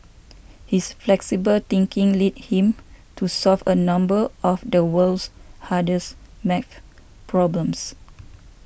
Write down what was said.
his flexible thinking led him to solve a number of the world's hardest math problems